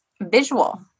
visual